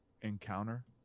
encounter